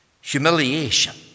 Humiliation